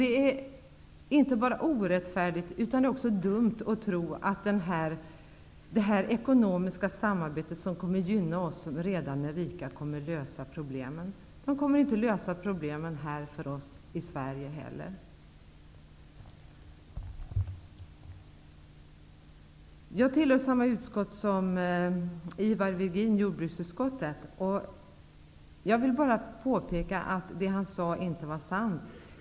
Det är inte bara orättfärdigt utan också dumt att tro att det här ekonomiska samarbetet, som kommer att gynna oss som redan är rika, skall lösa problemen. Inte heller för oss i Sverige kommer problemen att lösas. Jag tillhör samma utskott som Ivar Virgin, dvs. jordbruksutskottet. Jag vill bara påpeka att det han sade inte är sant.